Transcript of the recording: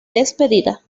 despedida